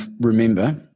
remember